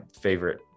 favorite